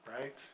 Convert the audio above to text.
right